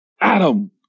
Adam